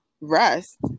rest